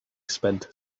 spent